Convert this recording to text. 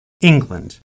England